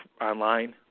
online